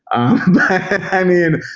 i mean,